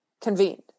convened